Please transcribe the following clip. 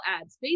ads